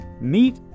meet